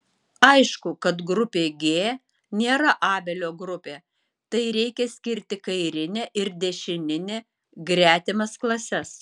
aišku kai grupė g nėra abelio grupė tai reikia skirti kairinę ir dešininę gretimas klases